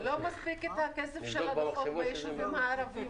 לא מספיק הכסף של הדוחות ביישובים הערבים,